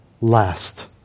last